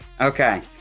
Okay